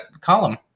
column